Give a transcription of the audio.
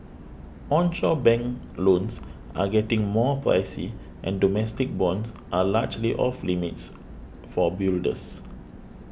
onshore bank loans are getting more pricey and domestic bonds are largely off limits for builders